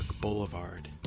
Boulevard